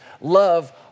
Love